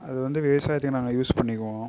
அது வந்து விவசாயத்துக்கு நாங்க யூஸ் பண்ணிக்குவோம்